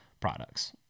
products